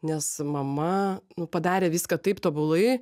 nes mama nu padarė viską taip tobulai